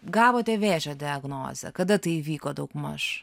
gavote vėžio diagnozę kada tai įvyko daugmaž